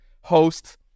host